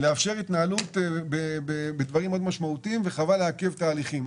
לאפשר התנהלות בדברים מאוד משמעותיים וחבל לעכב תהליכים.